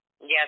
Yes